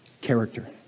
character